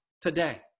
today